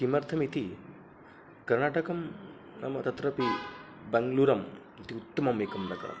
किमर्थमिति कर्नाटकं नाम तत्रापि बङ्ग्लुरम् इति उत्तममेकं नगरं